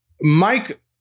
Mike